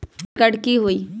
Debit card की होई?